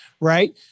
right